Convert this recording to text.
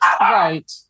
Right